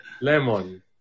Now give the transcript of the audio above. Lemon